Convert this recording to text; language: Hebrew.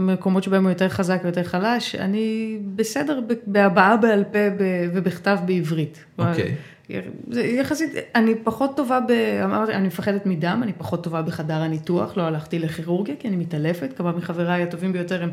מקומות שבהם הוא יותר חזק ויותר חלש, אני בסדר, בהבעה, בעל פה ובכתב בעברית. אוקיי. זה יחסית, אני פחות טובה, אמרתי, אני מפחדת מדם, אני פחות טובה בחדר הניתוח, לא הלכתי לכירורגיה, כי אני מתעלפת, כמה מחבריי הטובים ביותר הם